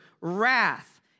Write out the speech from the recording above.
wrath